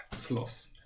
Floss